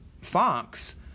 fox